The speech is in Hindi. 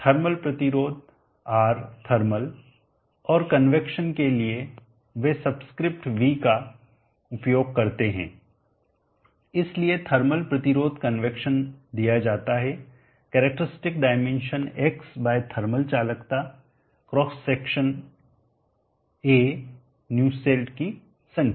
थर्मल प्रतिरोध R थर्मल और कन्वैक्शन के लिए वे सबस्क्रिप्ट v का उपयोग करते हैं इसलिए थर्मल प्रतिरोध कन्वैक्शन दिया जाता है characteristic dimension X by thermal चालकता क्रॉस सेक्शन का A न्यूसेल्ट की संख्या